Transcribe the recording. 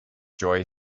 joy